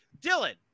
dylan